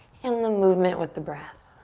and the movement with the breath.